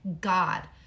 god